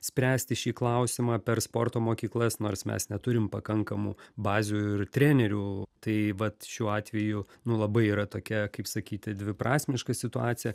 spręsti šį klausimą per sporto mokyklas nors mes neturim pakankamų bazių ir trenerių tai vat šiuo atveju nu labai yra tokia kaip sakyti dviprasmiška situacija